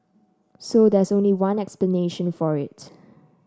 so there's only one explanation for it